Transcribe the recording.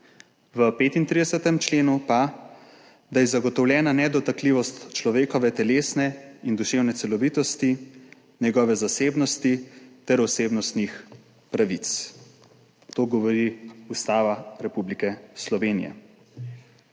v 35. členu pa, da je zagotovljena nedotakljivost človekove telesne in duševne celovitosti, njegove zasebnosti ter osebnostnih pravic. To govori Ustava Republike Slovenije.